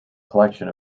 collection